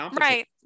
Right